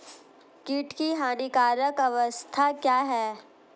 कीट की हानिकारक अवस्था क्या है?